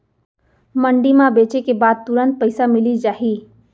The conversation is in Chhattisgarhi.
मंडी म बेचे के बाद तुरंत पइसा मिलिस जाही?